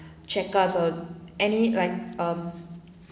check out or any like um